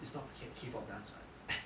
it's not K K pop dance [what]